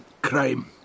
Crime